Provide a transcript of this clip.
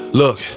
look